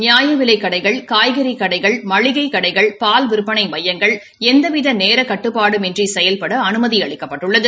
நியாயவிலைக் கடைகள் காய்கறி கடைகள் மளிகைக் கடைகள் பால் விற்பனை மையங்கள் எந்தவித நேர கட்டுப்பாடுமின்றி செயல்பட அனுமதி அளிக்கப்பட்டுள்ளது